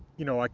you know, like